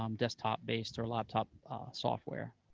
um desktop-based or laptop software.